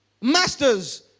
Masters